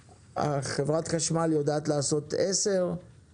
וחברת חשמל יודעת לעשות עשרה קילו וואט,